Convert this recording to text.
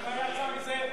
ומה יצא מזה?